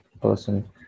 person